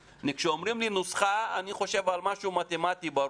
כשאומרים לי "נוסחה" אני חושב על משהו מתמטי ברור,